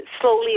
slowly